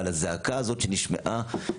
אבל הזעקה הזו שנשמעה,